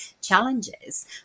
challenges